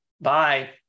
bye